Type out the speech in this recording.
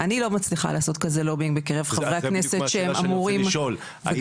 אני לא מצליחה לעשות כזה לובינג בקרב חברי כנסת שהם אמורים --- זהו,